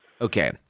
Okay